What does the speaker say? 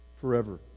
forever